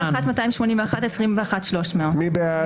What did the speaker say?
21,441 עד 21,460. מי בעד?